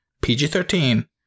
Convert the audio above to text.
PG-13